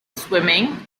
swimming